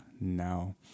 now